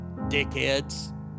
Dickheads